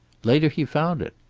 later he found it.